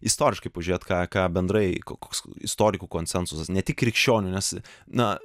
istoriškai pažiūrėti ką ką bendrai koks istorikų konsensusas ne tik krikščionių nes na